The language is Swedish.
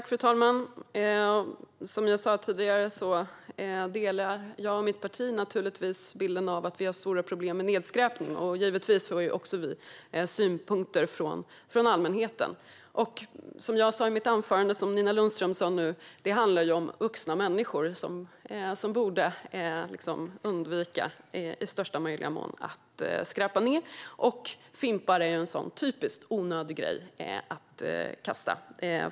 Fru talman! Som jag sa tidigare delar jag och mitt parti bilden av att vi har stora problem med nedskräpning. Givetvis får också vi ta emot synpunkter från allmänheten. Som jag sa i mitt anförande och som också Nina Lundström sa i sin replik: Det handlar om vuxna människor som ju i största möjliga mån borde undvika att skräpa ned. Fimpar är en typiskt onödig sak att kasta.